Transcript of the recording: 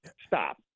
Stop